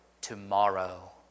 tomorrow